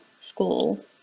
school